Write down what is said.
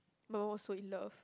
my mum was so in love